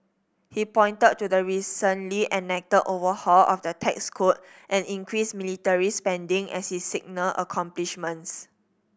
he pointed to the recently enacted overhaul of the tax code and increased military spending as his signal accomplishments